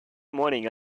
morning